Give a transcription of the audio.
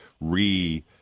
re-